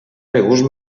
regust